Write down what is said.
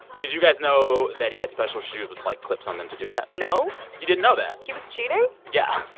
did you guys know that he had special shoes with, like, clips on them to do that? no you didn't know that? he was cheating? yeah.